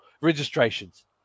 registrations